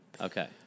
Okay